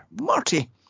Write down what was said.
Marty